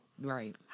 Right